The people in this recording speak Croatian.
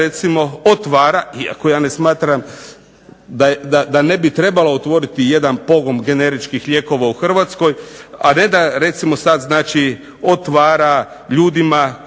recimo otvara, iako ja ne smatram da ne bi trebala otvoriti jedan pogon generičkih lijekova u Hrvatskoj, a ne da recimo sad znači otvara ljudima